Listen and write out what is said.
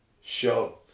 show